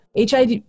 HIV